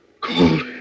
Cold